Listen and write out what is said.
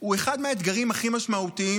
הוא אחד מהאתגרים הכי משמעותיים.